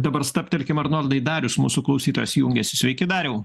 dabar stabtelkim arnoldai darius mūsų klausytojas jungiasi sveiki dariau